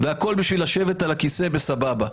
והכל בשביל לשבת על הכיסא בסבבה.